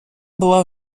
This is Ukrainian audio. була